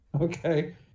Okay